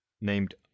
named